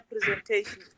presentation